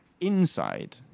inside